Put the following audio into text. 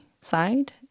side